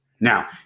now